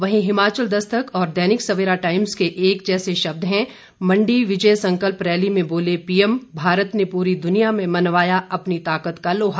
वहीं हिमाचल दस्तक और दैनिक सवेरा टाईम्स के जैसे शब्द हैं मंडी विजय संकल्प रैली में बोले पीएम भारत ने पूरी दुनिया में मनवाया अपनी ताकत का लोहा